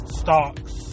stocks